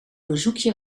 bezoekje